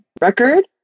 record